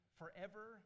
forever